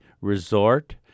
resort